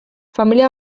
familia